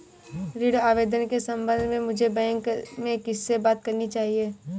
ऋण आवेदन के संबंध में मुझे बैंक में किससे बात करनी चाहिए?